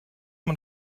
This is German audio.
man